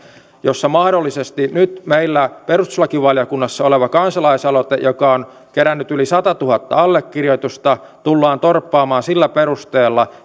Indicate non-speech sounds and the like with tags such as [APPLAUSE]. jossa mahdollisesti nyt meillä perustuslakivaliokunnassa oleva kansalaisaloite joka on kerännyt yli satatuhatta allekirjoitusta tullaan torppaamaan sillä perusteella [UNINTELLIGIBLE]